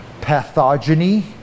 pathogeny